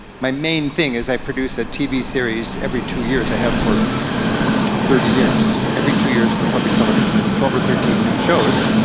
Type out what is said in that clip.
my main thing is i produce a tv series every two years, i have for thirty years. every two years for public television. it's twelve or thirteen new shows,